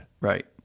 Right